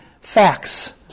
facts